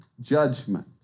judgment